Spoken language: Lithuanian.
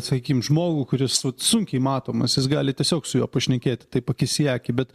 sakykim žmogų kuris vat sunkiai matomas jis gali tiesiog su juo pašnekėti taip akis į akį bet